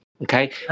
Okay